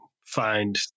find